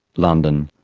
london,